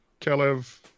Kalev